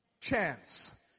chance